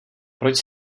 proč